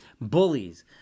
bullies